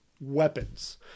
weapons